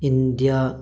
India